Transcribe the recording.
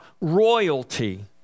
royalty